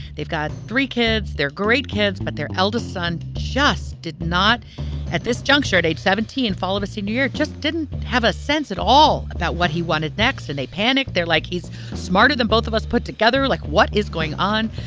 they've got three kids. they're great kids. but their eldest son just did not at this juncture, at age seventeen, follow a senior year, just didn't have a sense at all about what he wanted next. and they panic. they're like, he's smarter than both of us put together, like, what is going on?